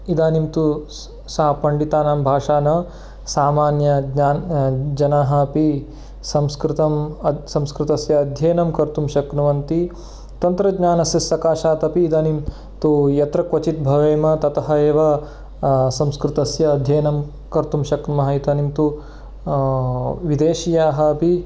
इदानीं तु सा पण्डितानां भाषा न सामान्यज्ञा जनाः अपि संस्कृतं संस्कृतस्य अध्ययनं कर्तुं शक्नुवन्ति तन्त्रज्ञानस्य सकाशात् अपि इदानीं तु यत्र क्वचित् भवेम ततः एव संस्कृतस्य अध्ययनं कर्तुं शक्नुमः इदानीं तु विदेशीयाः अपि